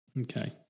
Okay